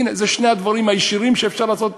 הנה, אלה שני הדברים הישירים שאפשר לעשות.